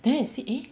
then I see eh